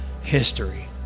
history